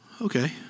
Okay